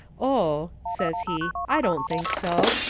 oh, says he, i don't think so.